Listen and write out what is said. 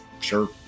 sure